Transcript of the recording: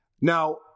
Now